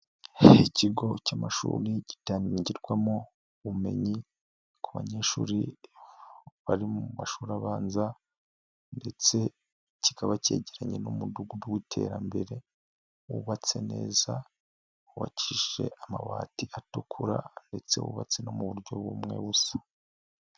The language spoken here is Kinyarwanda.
Ikigo cy'amashuri gitangirwamo ubumenyi ku banyeshuri bari mu mashuri abanza ndetse kikaba kegeranye n'umudugudu w'iterambere wubatse neza, wubakishije amabati atukura ndetse wubatse no mu buryo bumwe busa.